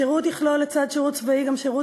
השירות יכלול, לצד שירות צבאי,